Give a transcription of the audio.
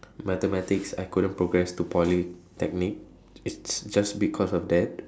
mathematics I couldn't progress to Polytechnic it's just because of that